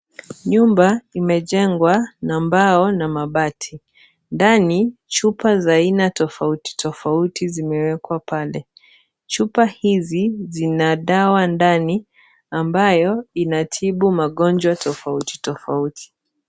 Nyumba imejengwa na mbao na mabati ,ndani chupa za aina tofauti tofauti zimewekwa pale . Chupa hizi zina dawa ndani ambayo inatibu magonjwa tofauti tofauti.